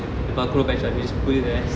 the velcro badge ah they just put it there